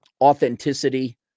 authenticity